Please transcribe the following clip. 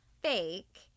fake